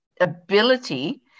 ability